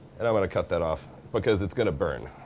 and i'm gonna cut that off, because it's gonna burn.